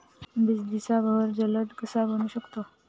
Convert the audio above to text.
बिजलीचा बहर जलद कसा बनवू शकतो?